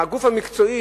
הגוף המקצועי,